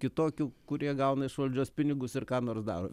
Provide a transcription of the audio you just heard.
kitokių kurie gauna iš valdžios pinigus ir ką nors daro